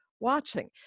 Watching